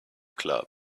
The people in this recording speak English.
club